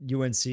UNC